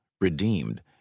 redeemed